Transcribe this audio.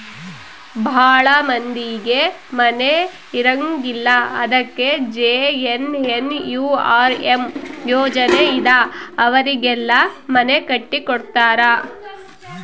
ಭಾಳ ಮಂದಿಗೆ ಮನೆ ಇರಂಗಿಲ್ಲ ಅದಕ ಜೆ.ಎನ್.ಎನ್.ಯು.ಆರ್.ಎಮ್ ಯೋಜನೆ ಇಂದ ಅವರಿಗೆಲ್ಲ ಮನೆ ಕಟ್ಟಿ ಕೊಡ್ತಾರ